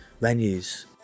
venues